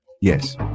Yes